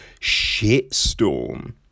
shitstorm